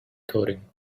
coating